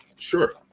sure